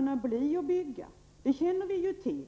naturligtvis bli att bygga ut.